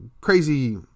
crazy